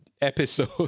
episode